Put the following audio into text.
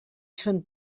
són